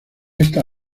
esta